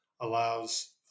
allows